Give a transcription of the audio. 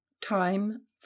Time